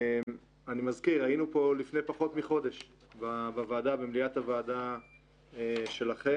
היינו פה לפני פחות מחודש במליאת הוועדה שלכם.